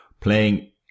playing